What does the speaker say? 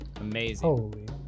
Amazing